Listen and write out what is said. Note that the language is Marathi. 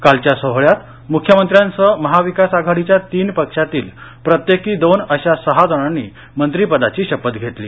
कालच्या सोहळ्यात मुख्यमंत्र्यांसह महाविकास आघाडीच्या तीन पक्षातील प्रत्येकी दोन अशा सहा जणांनी मंत्रीपदाची शपथ घेतली